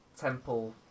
temple